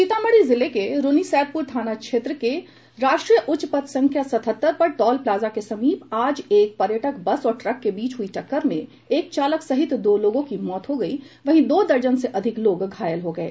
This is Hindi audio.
सीतामढ़ी जिले के रून्नीसैदपुर थाना क्षेत्र के राष्ट्रीय उच्चपथ संख्या सत्हत्तर पर टॉल प्लाजा के समीप आज एक पर्यटक बस और ट्रक के बीच हुयी टक्कर में एक चालक सहित दो लोगों की मौत हो गयी वहीं दो दर्जन से अधिक लोग घायल हो गये